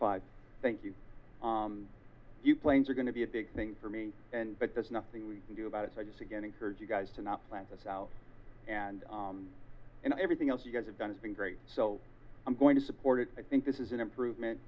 five thank you you planes are going to be a big thing for me and but there's nothing we can do about it so i just again encourage you guys to not plan this out and and everything else you guys have done has been great so i'm going to support it i think this is an improvement